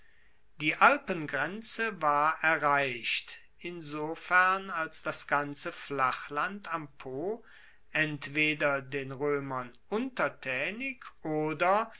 die alpengrenze war erreicht insofern als das ganze flachland am po entweder den roemern untertaenig oder